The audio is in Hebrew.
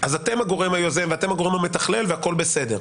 אז אתם הגורם היוזם ואתם הגורם המתכלל והכול בסדר.